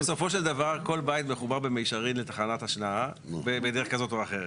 בסופו של דבר כל בית מחובר במישרין לתחנת השנעה בדרך כזו או אחרת.